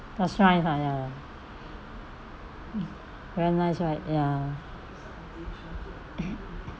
the shrines ah ya very nice right ya